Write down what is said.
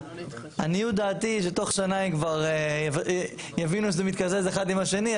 לעניות דעתי תוך שנה הם כבר יבינו שזה מתקזז אחד עם השני,